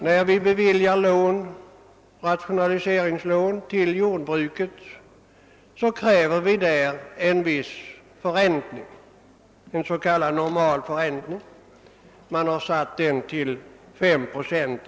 När vi beviljar rationaliseringslån till jordbruket kräver vi en viss förräntning, en s.k. normalförräntning, som beräknas vara ungefär 5 procent.